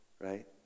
right